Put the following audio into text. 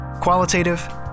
Qualitative